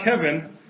Kevin